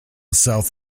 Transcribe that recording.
south